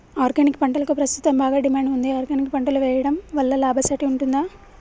Organic పంటలకు ప్రస్తుతం బాగా డిమాండ్ ఉంది ఆర్గానిక్ పంటలు వేయడం వల్ల లాభసాటి ఉంటుందా?